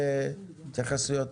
פותחים להתייחסויות.